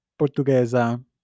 portuguesa